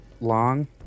long